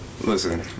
Listen